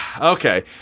Okay